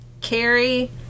Carrie